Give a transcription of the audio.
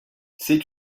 c’est